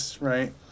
right